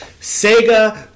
Sega